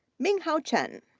minhao chen,